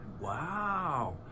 Wow